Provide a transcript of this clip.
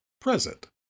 present